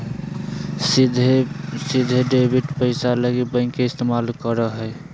सीधे डेबिट पैसा लगी बैंक के इस्तमाल करो हइ